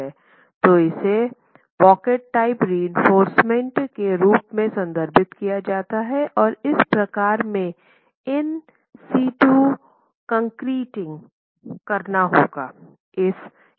तो इसे pocket type reinforcement के रूप में संदर्भित किया जाता है और इस प्रकार में इन सीटू कंक्रीटिंग करना होगा